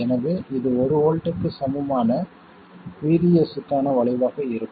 எனவே இது ஒரு வோல்ட்டுக்கு சமமான VDS க்கான வளைவாக இருக்கும்